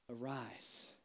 arise